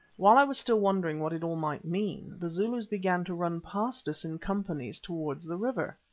while i was still wondering what it all might mean, the zulus began to run past us in companies towards the river.